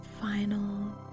final